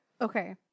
okay